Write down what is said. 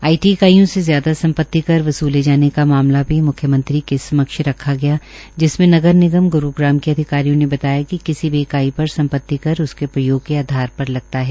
आई T इकाइयों से ज्यादा सम्पति कर वसूले जाने का मामला भी मुख्यमंत्री के समक्ष रखा गया जिसमें नगर निगम ग्रूग्राम के अधिकारियों ने बताया कि किसी भी इकाई पर सम्पति कर उसके प्रयोग के आधार पर लगता है